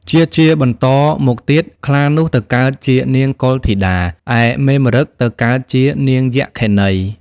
ជាតិជាបន្តមកទៀត ខ្លានោះ ទៅកើតជានាងកុលធីតា ឯមេម្រឹគ ទៅកើតជានាងយក្ខិនី ។